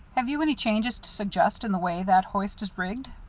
have you any changes to suggest in the way that hoist is rigged?